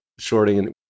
shorting